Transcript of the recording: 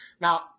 now